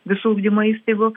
visų ugdymo įstaigų